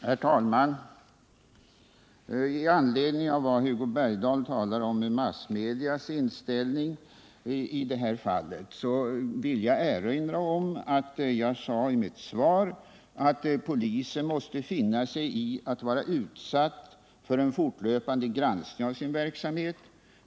Herr talman! I anledning av vad Hugo Bergdahl talade om när det gäller massmedias inställning i det här fallet, vill jag erinra om vad jag sade i mitt svar. Polisen måste finna sig i att vara utsatt för en fortlöpande granskning av sin verksamhet.